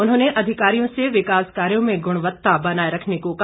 उन्होंने अधिकारियों से विकास कार्यों में गुणवत्ता बनाए रखने को कहा